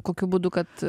kokiu būdu kad